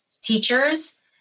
teachers